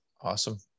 Awesome